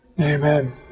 Amen